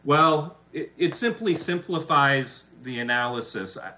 well it simply simplifies the analysis